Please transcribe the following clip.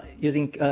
you think